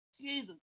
Jesus